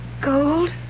Gold